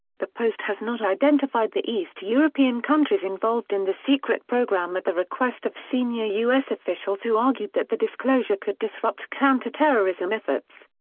the post has not identified the east european countries involved in the secret program at the request of senior u s. officials who argued that the disclosure could disrupt counter-terrorism efforts.